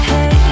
Hey